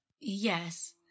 Yes